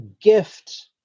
gift